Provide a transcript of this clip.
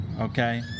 okay